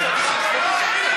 אמר זה,